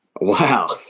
Wow